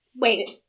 Wait